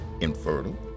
infertile